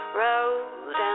road